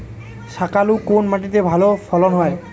শাকালু কোন মাটিতে ভালো ফলন হয়?